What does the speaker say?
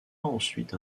ensuite